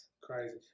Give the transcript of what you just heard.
Crazy